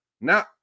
Now